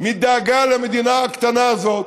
מדאגה למדינה הקטנה הזאת,